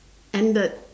ended